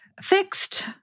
fixed